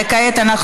לא אושרה.